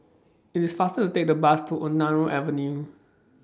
IT IS faster to Take The Bus to Ontario Avenue